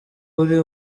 uri